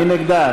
מי נגדה?